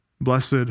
blessed